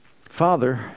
Father